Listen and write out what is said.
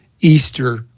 Easter